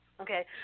Okay